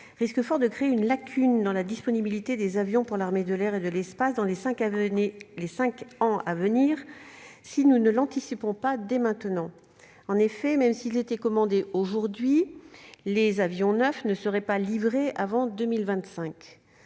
risque fort de poser un problème de disponibilité des avions pour l'armée de l'air et de l'espace dans les cinq ans à venir sans anticipation de notre part dès à présent. En effet, même s'ils étaient commandés aujourd'hui, les avions neufs ne seraient pas livrés avant 2025.